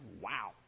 wow